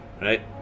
Right